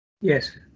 Yes